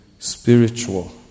spiritual